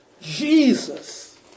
Jesus